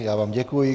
Já vám děkuji.